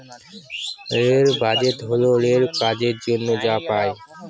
rail budget হল রেলের কাজের জন্য যা পাই